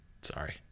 Sorry